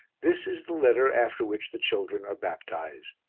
this is the letter after which the children are baptized.